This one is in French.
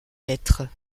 lettres